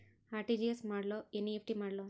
RTGS ಮಾಡ್ಲೊ NEFT ಮಾಡ್ಲೊ?